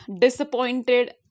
disappointed